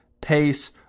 pace